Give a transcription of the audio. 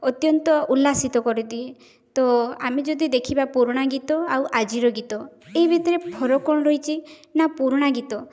ଅତ୍ୟନ୍ତ ଉଲ୍ଲାସିତ କରିଦିଏ ତ ଆମେ ଯଦି ଦେଖିବା ପୁରୁଣା ଗୀତ ଆଉ ଆଜିର ଗୀତ ଏହି ଭିତରେ ଫରକ କ'ଣ ରହିଛି ନା ପୁରୁଣା ଗୀତ